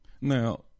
Now